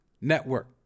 network